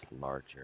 larger